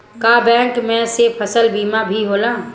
का बैंक में से फसल बीमा भी होला?